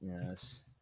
yes